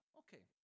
okay